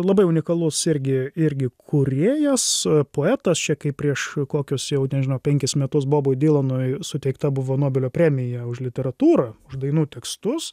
labai unikalus irgi irgi kūrėjas poetas čia kaip prieš kokius jau nežinau penkis metus bobui dylanui suteikta buvo nobelio premija už literatūrą už dainų tekstus